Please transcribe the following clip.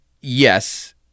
yes